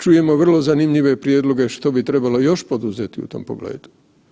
Čujemo vrlo zanimljive prijedloge što bi trebalo još poduzeti u tom pogledu.